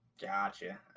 Gotcha